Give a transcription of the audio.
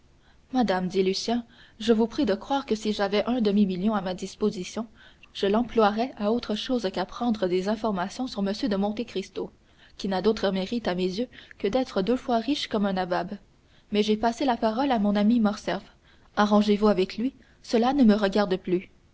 madame dit lucien je vous prie de croire que si j'avais un demi-million à ma disposition je l'emploierais à autre chose qu'à prendre des informations sur m de monte cristo qui n'a d'autre mérite à mes yeux que d'être deux fois riche comme un nabab mais j'ai passé la parole à mon ami morcerf arrangez-vous avec lui cela ne me regarde plus